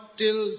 till